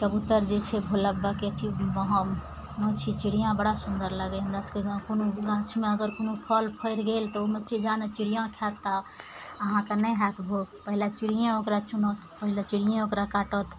कबूतर जे छै भोला बाबाके वहाँ चिड़ियाँ बड़ा सुन्दर लागइए हमरा सभके गा कोनो भी गाछमे अगर कोनो फल फरि गेल तऽ ओइमे छै जा ने चिड़ियाँ खाति ता अहाँके नहि हैत भोग पहिले चिड़ियेँ ओकरा चुनत पहले चिड़ियेँ ओकरा काटत